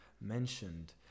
mentioned